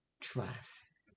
trust